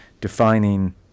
defining